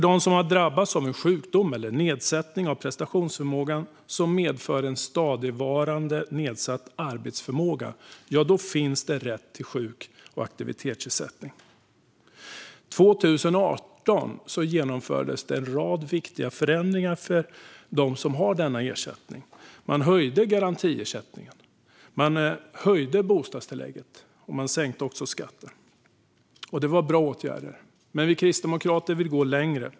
De som har drabbats av en sjukdom eller en nedsättning av prestationsförmågan som medför en stadigvarande nedsatt arbetsförmåga har rätt till sjuk och aktivitetsersättning. År 2018 genomfördes en rad viktiga förändringar för dem som har denna ersättning. Man höjde garantiersättningen, man höjde bostadstillägget och man sänkte skatten. Det var bra åtgärder. Men vi kristdemokrater vill gå längre.